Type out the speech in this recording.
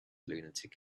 lunatic